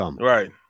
Right